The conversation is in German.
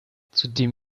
zudem